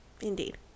Indeed